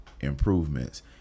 improvements